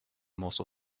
most